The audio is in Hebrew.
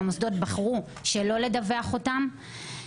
והמוסדות בחרו שלא לדווח אותם,